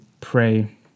pray